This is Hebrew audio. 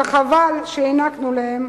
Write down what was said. שחבל שהענקנו להם.